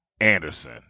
anderson